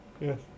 Yes